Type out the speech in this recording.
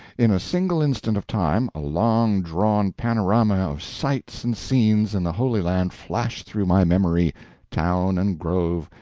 in a single instant of time, a long drawn panorama of sights and scenes in the holy land flashed through my memory town and grove,